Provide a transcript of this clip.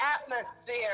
atmosphere